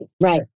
Right